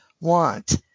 want